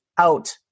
out